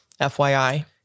FYI